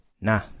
nah